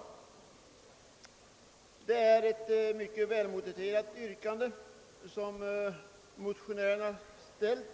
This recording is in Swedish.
Motionsyrkandena har avstyrkts av utskottet. Det är ett mycket välmotiverat yrkande som motionärerna har ställt